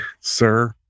sir